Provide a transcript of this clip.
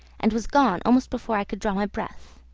and was gone almost before i could draw my breath.